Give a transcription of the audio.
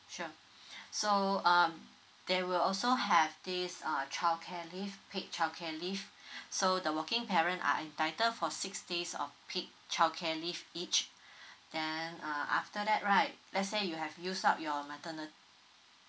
sure so um they will also have this uh childcare leave paid childcare leave so the working parent are entitled for six days of paid childcare leave each then uh after that right let's say you have used up your materni~